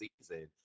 season